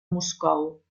moscou